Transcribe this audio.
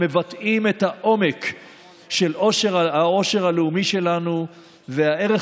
המבטאים את העומק של העושר הלאומי שלנו והערך